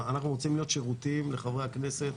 אנחנו רוצים להיות שירותיים לחברי הכנסת